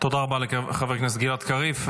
תודה רבה לחבר הכנסת גלעד קריב.